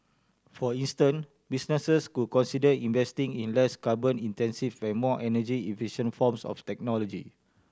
for instance businesses could consider investing in less carbon intensive and more energy efficient forms of technology